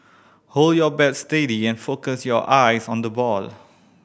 hold your bat steady and focus your eyes on the ball